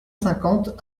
cinquante